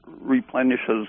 replenishes